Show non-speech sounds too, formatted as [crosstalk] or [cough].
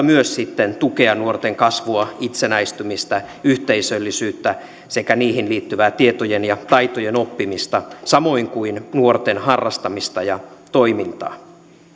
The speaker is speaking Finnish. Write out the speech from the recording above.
[unintelligible] myös sitten tukea nuorten kasvua itsenäistymistä yhteisöllisyyttä sekä niihin liittyvää tietojen ja taitojen oppimista samoin kuin nuorten harrastamista ja toimintaa